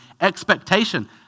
Expectation